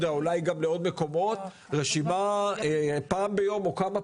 במהלך היום זה 02-5303911, או 119